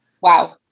wow